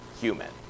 human